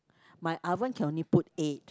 my oven can only put eight